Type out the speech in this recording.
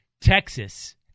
Texas